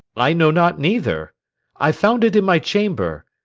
i know not neither i found it in my chamber.